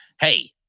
Hey